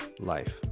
life